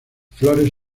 flores